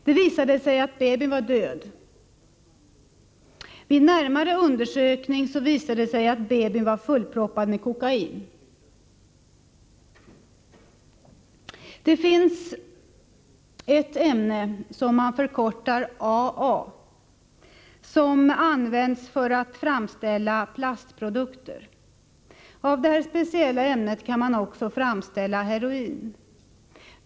Det visade sig att babyn var död, och vid en närmare undersökning fann man att babyn var fullproppad med kokain. Det finns ett ämne, förkortat AA, som används för att framställa plastprodukter. Av detta speciella ämne kan man också framställa heroin.